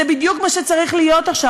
וזה בדיוק מה שצריך להיות עכשיו.